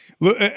Look